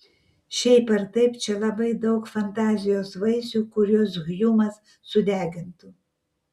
šiaip ar taip čia labai daug fantazijos vaisių kuriuos hjumas sudegintų